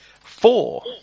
Four